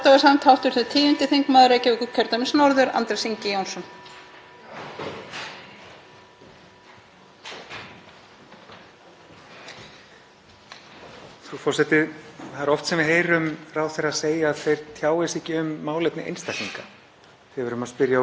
Frú forseti. Það er oft sem við heyrum ráðherra segja að þeir tjái sig ekki um málefni einstaklinga þegar við erum að spyrja út í t.d. flóttafólk sem á að brottvísa eða annað sem bjátar á í kerfinu okkar. Það er